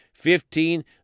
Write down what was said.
Fifteen